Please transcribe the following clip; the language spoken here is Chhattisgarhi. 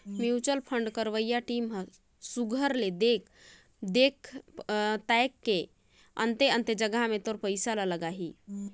म्युचुअल फंड करवइया टीम ह सुग्घर ले देख परेख के अन्ते अन्ते जगहा में तोर पइसा ल लगाहीं